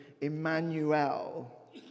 Emmanuel